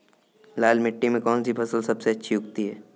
लाल मिट्टी में कौन सी फसल सबसे अच्छी उगती है?